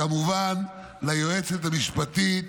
כמובן, ליועצת המשפטית